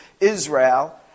Israel